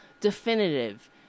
definitive